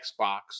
Xbox